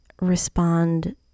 respond